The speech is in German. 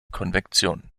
konvektion